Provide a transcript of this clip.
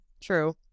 True